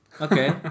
Okay